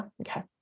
okay